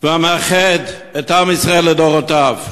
ומאחד את עם ישראל לדורותיו.